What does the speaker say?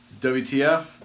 WTF